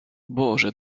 boże